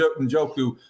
Njoku